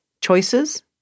choices